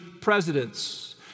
presidents